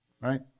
Right